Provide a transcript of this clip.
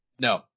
No